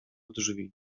drzwi